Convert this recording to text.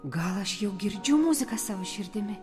gal aš jau girdžiu muziką savo širdimi